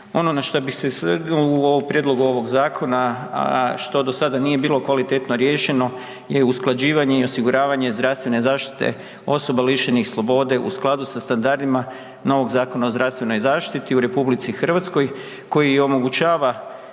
Ono na što bih se osvrnuo u prijedlogu ovoga zakona, a što do sada nije bilo kvalitetno riješeno je usklađivanje i osiguravanje zdravstvene zaštite osoba lišenih slobode u skladu sa standardima novog Zakona o zdravstvenoj zaštiti u RH koji omogućava